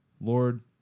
Lord